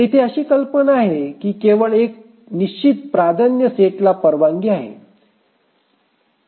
येथे अशी कल्पना आहे की केवळ एका निश्चित प्राधान्य सेटला परवानगी आहे